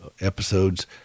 episodes